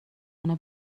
خانه